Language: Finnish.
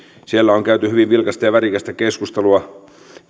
siellä on käyty hyvin vilkasta ja värikästä keskustelua